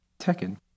Tekken